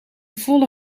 volle